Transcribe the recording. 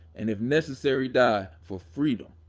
and if necessary die, for freedom.